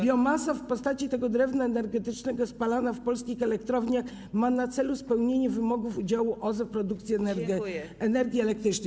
Biomasa w postaci tego drewna energetycznego spalana w polskich elektrowniach ma na celu spełnienie wymogów udziału OZE w produkcji energii elektrycznej.